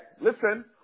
listen